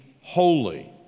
holy